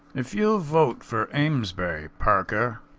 if you'll vote for amesbury, parker.